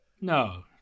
No